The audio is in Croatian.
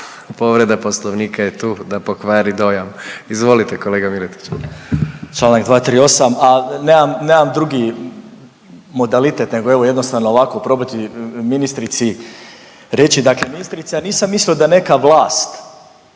povreda poslovnika da pokvari dojam. Izvolite kolega Miletić.